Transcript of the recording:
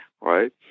right